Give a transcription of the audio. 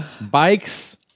Bikes